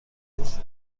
روز